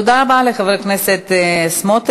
תודה רבה לחבר הכנסת סמוטריץ.